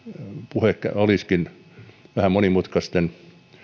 puhe olisikin vähän monimutkaisten